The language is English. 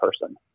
person